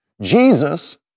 Jesus